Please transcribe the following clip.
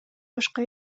башка